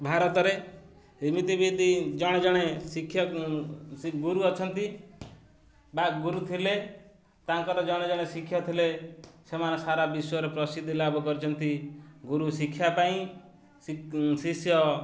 ଭାରତରେ ଏମିତି ବିିତି ଜଣେ ଜଣେ ଶିକ୍ଷକ ଗୁରୁ ଅଛନ୍ତି ବା ଗୁରୁ ଥିଲେ ତାଙ୍କର ଜଣେ ଜଣେ ଶିକ୍ଷା ଥିଲେ ସେମାନେ ସାରା ବିଶ୍ୱରେ ପ୍ରସିଦ୍ଧି ଲାଭ କରନ୍ତି ଗୁରୁ ଶିକ୍ଷା ପାଇଁ ଶିଷ୍ୟ